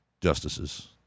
justices